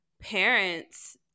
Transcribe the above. parents